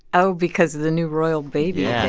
oh, because of the new royal baby yeah